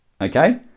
Okay